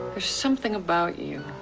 there's something about you.